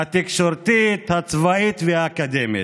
התקשורתית, הצבאית והאקדמית.